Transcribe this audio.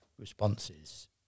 responses